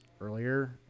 earlier